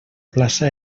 plaça